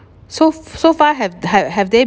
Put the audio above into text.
so f~ so far have have they